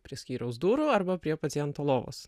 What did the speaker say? prie skyriaus durų arba prie paciento lovos